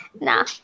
Nah